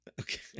Okay